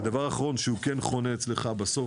הדבר האחרון שכן חונה אצלך בסוף,